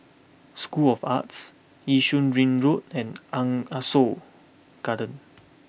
School of Arts Yishun Ring Road and aren't Ah Soo Garden